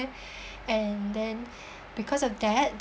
and then because of that